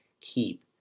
keep